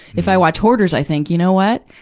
if i watch hoarders, i think, you know what?